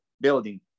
building